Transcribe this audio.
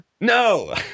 No